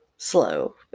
Slow